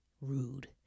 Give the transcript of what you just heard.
rude